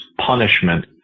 punishment